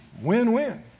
win-win